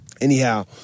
anyhow